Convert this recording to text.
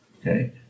Okay